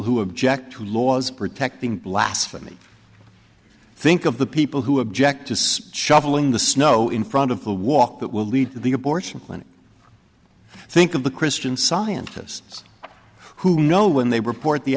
who object to laws protecting blasphemy think of the people who object to speak shoveling the snow in front of the walk that will lead to the abortion clinic think of the christian scientists who know when they report the